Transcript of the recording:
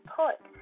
put